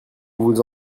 vous